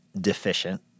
deficient